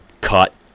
cut